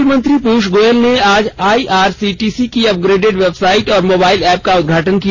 rail मंत्री पीयूष गोयल ने आज आईआरसीटीसी की अपग्रेडेड वेबसाइट और मोबाइल एप का उद्घाटन किया